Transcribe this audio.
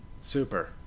Super